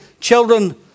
children